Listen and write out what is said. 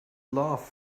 laugh